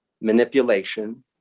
manipulation